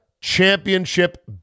championship